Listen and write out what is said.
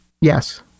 Yes